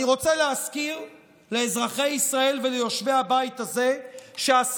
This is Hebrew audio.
אני רוצה להזכיר לאזרחי ישראל וליושבי הבית הזה שעד